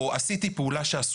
או עשיתי פעולה שהיא ,